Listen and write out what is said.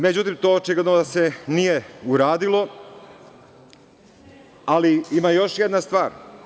Međutim, to očigledno da se nije uradilo, ali ima još jedna stvar.